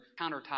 countertop